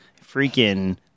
freaking